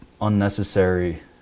unnecessary